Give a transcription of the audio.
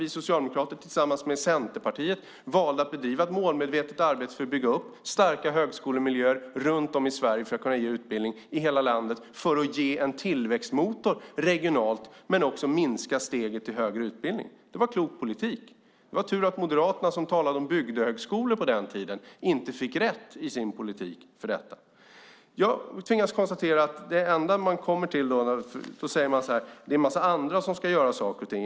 Vi socialdemokrater valde tillsammans med Centerpartiet att målmedvetet bedriva ett arbete för att bygga upp starka högskolemiljöer runt om i Sverige, alltså för att kunna ge utbildning i hela landet och för att ge en tillväxtmotor regionalt och samtidigt minska steget till högre utbildning. Det var en klok politik. Det var tur att Moderaterna, som på den tiden talade om bygdehögskolor, inte fick rätt i fråga om sin politik för detta. Jag tvingas konstatera att det enda man nu kommer fram till är att det är en massa andra som ska göra saker och ting.